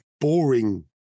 boring